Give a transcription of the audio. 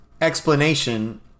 explanation